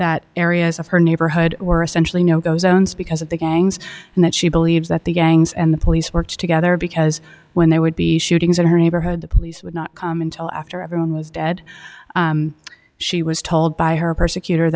that areas of her neighborhood were essentially no go zones because of the gangs and that she believes that the gangs and the police work together because when they would be shootings in her neighborhood the police would not come until after everyone was dead she was told by her persecut